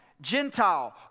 Gentile